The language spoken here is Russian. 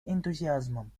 энтузиазмом